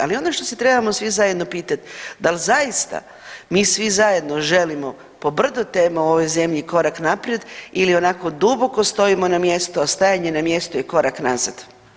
Ali ono što se trebamo svi zajedno pitati, da li zaista mi svi zajedno želimo po brdo tema u ovoj zemlji korak naprijed ili onako duboko stojimo na mjestu, a stajanje na mjestu je korak nazad.